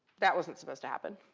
that wasn't supposed to happen.